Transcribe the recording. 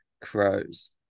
Crows